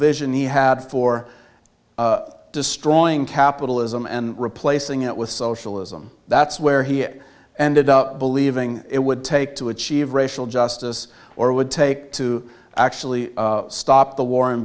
vision he had for destroying capitalism and replacing it with socialism that's where he it ended up believing it would take to achieve racial justice or would take to actually stop the war in